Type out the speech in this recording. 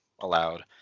allowed